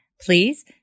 Please